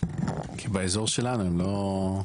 כי באזור שלנו הם לא.